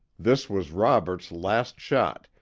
this was robert's last shot,